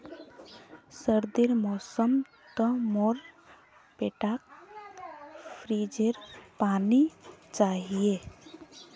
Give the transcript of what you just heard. सर्दीर मौसम तो मोर बेटाक फ्रिजेर पानी चाहिए